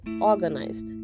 organized